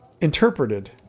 interpreted